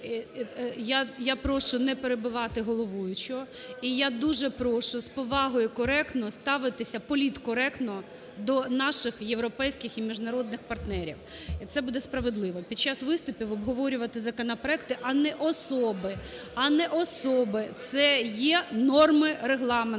Я прошу не перебивати головуючого і я дуже прошу з повагою, коректно ставитися, політкоректно, до наших європейських і міжнародних партнерів і це буде справедливо, під час виступів обговорювати законопроекти, а не особи. (Шум в залі)